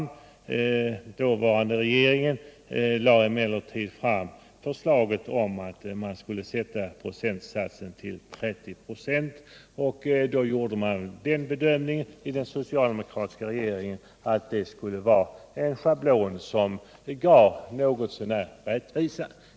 Den dåvarande regeringen föreslog emellertid att man skulle sätta procentsatsen till 30. Den socialdemokratiska regeringen gjorde den bedömningen att det var nödvändigt att välja ett system med en schablon som något så när gav rättvisa.